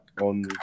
on